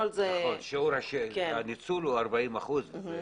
הניצול הוא 40 אחוזים.